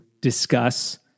discuss